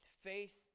Faith